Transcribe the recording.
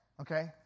okay